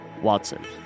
Watson